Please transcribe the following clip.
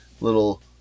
Little